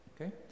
Okay